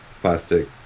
plastic